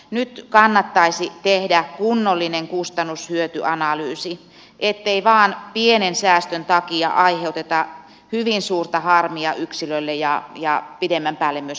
nyt kannattaisi tehdä kunnollinen kustannushyöty analyysi ettei vain pienen säästön takia aiheuteta hyvin suurta harmia yksilöille ja pitemmän päälle myöskin yhteiskunnalle